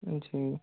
जी